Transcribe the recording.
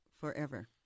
forever